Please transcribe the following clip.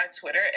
Twitter